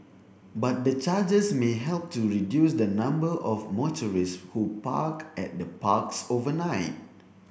but the charges may help to reduce the number of motorists who park at the parks overnight